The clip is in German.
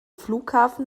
flughafen